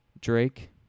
Drake